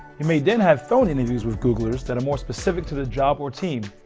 you may then have phone interviews with googlers that are more specific to the job or team.